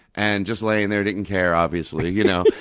and just laying there, didn't care, obviously, you know.